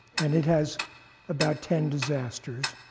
and it has about ten disasters,